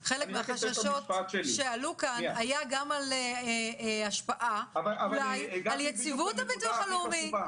מהחששות שעלו כאן היה גם על השפעה על יציבות הביטוח הלאומי.